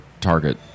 target